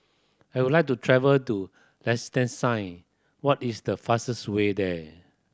I would like to travel to Liechtenstein what is the fastest way there